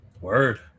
Word